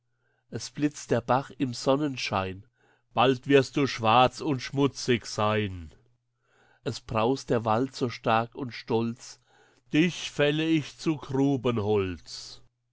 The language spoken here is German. es blitzt der bach im sonnenschein bald wirst du schwarz und schmutzig sein es braust der wald so stark und stolz dich fälle ich zu